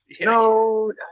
No